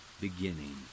beginning